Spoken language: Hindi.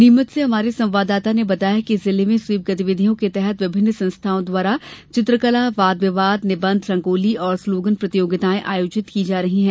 नीमच से हमारे संवाददाता ने बताया है कि जिले में स्वीप गतिविधियों के तहत विभिन्न संस्थाओं द्वारा चित्रकला वाद विवाद निबंध रंगोली और स्लोगन प्रतियोगिता के आयोजन किये जा रहे हैं